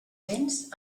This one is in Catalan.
vents